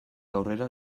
aurrera